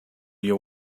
you